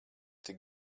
tik